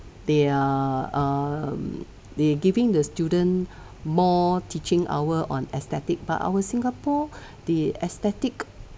they are um they giving the student more teaching hour on aesthetic part our singapore the aesthetic